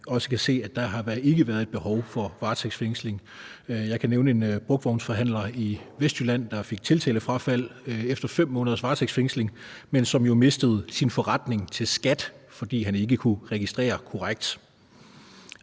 også kan se, at der ikke har været et behov for varetægtsfængsling. Jeg kan nævne en brugtvognsforhandler i Vestjylland, der fik tiltalefrafald efter 5 måneders varetægtsfængsling, men som mistede sin forretning til skattevæsenet, fordi han ikke kunne registrere korrekt.